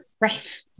Right